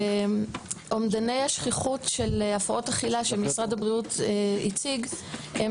אומדני השכיחות של הפרעות אכילה שמשרד הבריאות הציג הם